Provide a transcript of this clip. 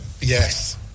yes